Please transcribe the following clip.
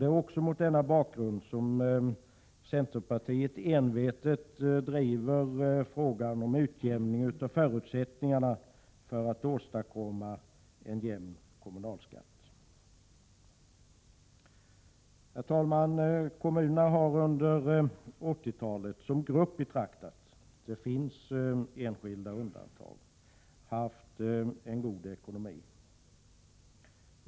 Det är också mot denna bakgrund som centerpartiet envetet driver frågan om utjämning av förutsättningarna, så att en jämn kommunalskatt åstadkommes. Herr talman! Kommunerna har under 80-talet, som grupp betraktat, det finns enskilda undantag, haft en god ekonomi.